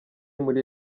muri